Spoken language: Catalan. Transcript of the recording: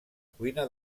cuina